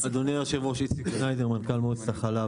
אדוני היו"ר, אני איציק שניידר, מנכ"ל מועצת החלב.